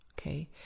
Okay